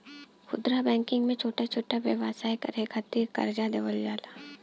खुदरा बैंकिंग में छोटा छोटा व्यवसाय करे के खातिर करजा देवल जाला